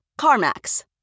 CarMax